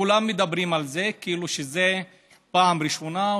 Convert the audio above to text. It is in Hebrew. וכולם מדברים על זה כאילו שזו פעם ראשונה,